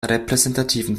repräsentativen